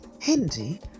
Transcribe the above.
Hindi